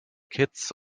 kitts